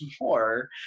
more